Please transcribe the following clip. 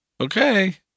Okay